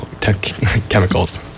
chemicals